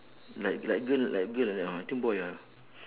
like like girl like girl like that ah I think boy ah